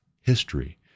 history